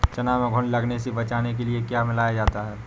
चना में घुन लगने से बचाने के लिए क्या मिलाया जाता है?